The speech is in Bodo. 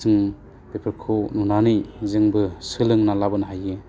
जों बेफोरखौ नुनानै जोंबो सोलोंना लाबोनो हायो